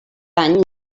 any